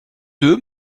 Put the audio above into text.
deux